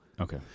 Okay